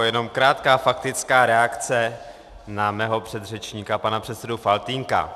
Jenom krátká faktická reakce na mého předřečníka, pana předsedu Faltýnka.